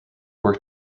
work